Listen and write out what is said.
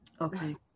okay